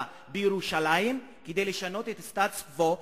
בירושלים כדי לשנות את הסטטוס-קוו.